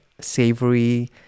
savory